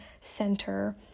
center